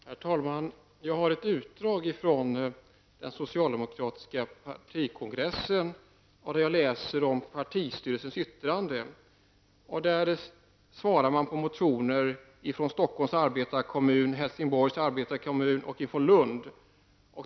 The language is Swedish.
Herr talman! Jag har ett utdrag från den socialdemokratiska partikongressen med bl.a. partistyrelsens yttrande. Där svarar man på motioner från Stockholms arbetarekommun, från Helsingborgs arbetarkommun och från Lund.